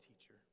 teacher